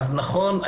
נכון,